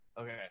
Okay